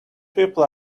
people